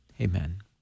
amen